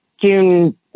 June